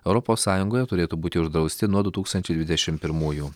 europos sąjungoje turėtų būti uždrausti nuo du tūkstančiai dvidešimt pirmųjų